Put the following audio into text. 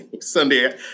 Sunday